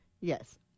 Yes